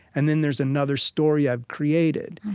and then there's another story i've created.